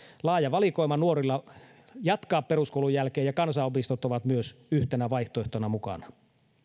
laaja valikoima jatkovaihtoehtoja peruskoulun jälkeen ja kansanopistot ovat myös yhtenä vaihtoehtona mukana